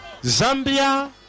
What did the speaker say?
Zambia